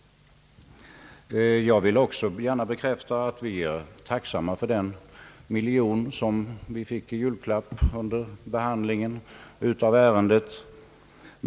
Jag vill också gärna bekräfta att vi är tacksamma för den miljon som vi fick till julklapp under behandlingen av ärendet.